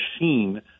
machine